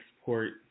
export